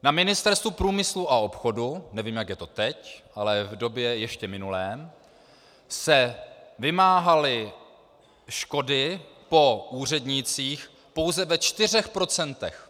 Na Ministerstvu průmyslu a obchodu nevím, jak je to teď, ale v době ještě minulé se vymáhaly škody po úřednících pouze ve čtyřech procentech.